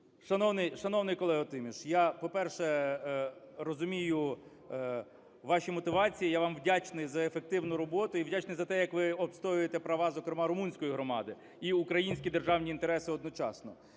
Шановний колего Тіміш, я, по-перше, розумію ваші мотивації, я вам вдячний за ефективну роботу і вдячний за те, як ви відстоюєте права, зокрема, румунської громади і українські державні інтереси одночасно.